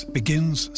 begins